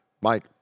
mike